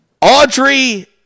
Audrey